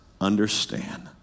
understand